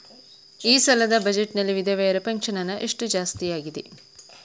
ಈ ಸಲದ ಬಜೆಟ್ ನಲ್ಲಿ ವಿಧವೆರ ಪೆನ್ಷನ್ ಹಣ ಎಷ್ಟು ಜಾಸ್ತಿ ಆಗಿದೆ?